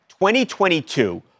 2022